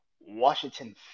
Washington